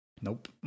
nope